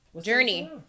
Journey